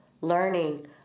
learning